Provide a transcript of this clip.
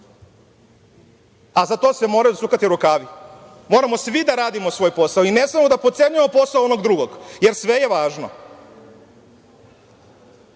A za to se moraju zasukati rukavi. Moramo svi da radimo svoj posao i ne smemo da potcenjujemo posao onog drugog, jer sve je važno,